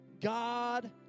God